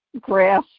grass